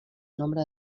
nombre